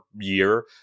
year